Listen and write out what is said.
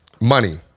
money